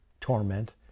torment